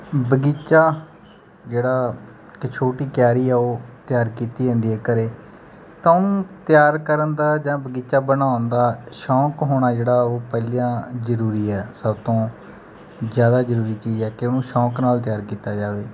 ਬਗੀਚਾ ਜਿਹੜਾ ਕਿ ਛੋਟੀ ਕਿਆਰੀ ਆ ਉਹ ਤਿਆਰ ਕੀਤੀ ਜਾਂਦੀ ਹੈ ਘਰ ਤਾਂ ਉਹਨੂੰ ਤਿਆਰ ਕਰਨ ਦਾ ਜਾਂ ਬਗੀਚਾ ਬਣਾਉਣ ਦਾ ਸ਼ੌਂਕ ਹੋਣਾ ਜਿਹੜਾ ਉਹ ਪਹਿਲਿਆਂ ਜ਼ਰੂਰੀ ਹੈ ਸਭ ਤੋਂ ਜ਼ਿਆਦਾ ਜ਼ਰੂਰੀ ਚੀਜ਼ ਹੈ ਕਿ ਉਹਨੂੰ ਸ਼ੌਂਕ ਨਾਲ ਤਿਆਰ ਕੀਤਾ ਜਾਵੇ